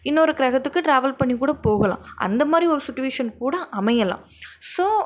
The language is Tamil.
இன்னோரு கிரகத்துக்கு ட்ராவல் பண்ணி கூட போகலாம் அந்த மாதிரி ஒரு சுட்டுவேஷன் கூட அமையலாம் ஸோ